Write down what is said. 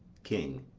king.